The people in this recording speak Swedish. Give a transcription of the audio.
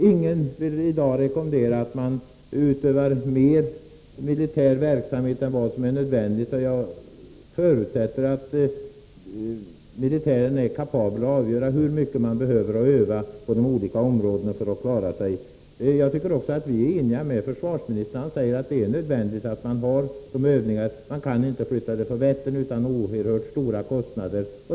Ingen vill väli dag rekommendera att det utövas mer militär verksamhet än vad som är nödvändigt, och jag förutsätter att militären är kapabel att avgöra hur mycket man behöver öva i de olika områdena. Jag tycker också att vi är eniga med försvarsministern. Han säger att det är nödvändigt att ha dessa övningar — man kan inte flytta dem från Vättern utan oerhört stora kostnader.